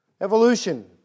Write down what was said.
Evolution